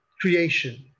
creation